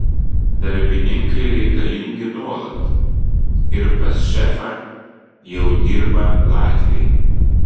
darbininkai reikalingi nuolat ir pas šefą jau dirba latviai